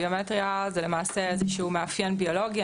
ביומטריה זה איזשהו מאפיין ביולוגי,